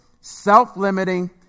self-limiting